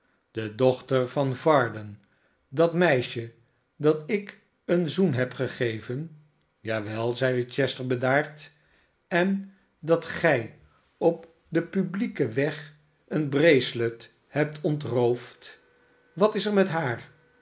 de dochter van varden dat meisje dat ik een zoen heb gegeven ja wel zeide chester bedaard en dat gij op den publieken weg een bracelet hebt ontroofd wat is er met haar